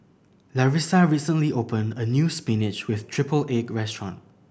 Larissa recently opened a new spinach with triple egg restaurant